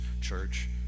church